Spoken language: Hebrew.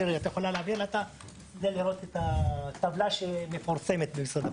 לפי הטבלה של אתר משרד הפנים.